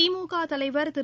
திமுக தலைவர் திரு